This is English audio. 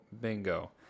bingo